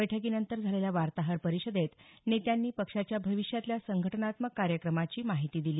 बैठकीनंतर झालेल्या वार्ताहर परिषदेत नेत्यांनी पक्षाच्या भविष्यातल्या संघटनात्मक कार्यक्रमांची माहिती दिली